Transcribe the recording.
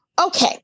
okay